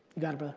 you got it,